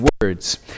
words